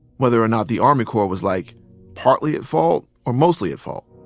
whether or not the army corps was like partly at fault or mostly at fault.